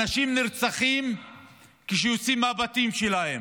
אנשים נרצחים כשהם יוצאים מהבתים שלהם.